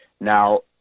Now